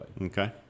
Okay